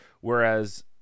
whereas –